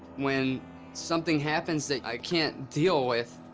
when something happens that i can't deal with,